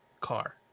car